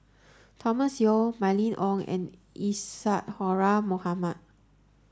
Thomas Yeo Mylene Ong and Isadhora Mohamed